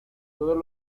todos